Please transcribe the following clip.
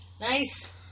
Nice